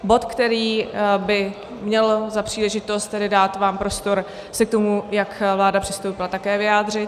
Bod, který by měl za příležitost dát vám prostor se k tomu, jak vláda přistoupila, také vyjádřit.